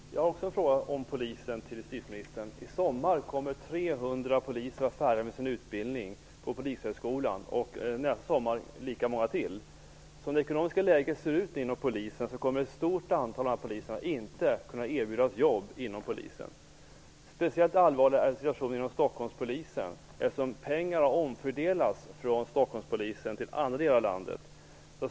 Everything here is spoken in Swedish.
Fru talman! Jag har också en fråga om Polisen till justitieministern. I sommar kommer 300 poliser att vara färdiga med sin utbildning på Polishögskolan. Nästa sommar blir det lika många till. Som det ekonomiska läget ser ut inom Polisen kommer ett stort antal av dessa poliser inte att kunna erbjudas jobb inom Polisen. Speciellt allvarlig är situationen inom Stockholmspolisen, eftersom pengar har omfördelats från Stockholmspolisen till andra delar av landet.